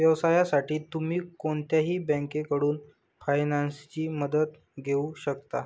व्यवसायासाठी तुम्ही कोणत्याही बँकेकडून फायनान्सची मदत घेऊ शकता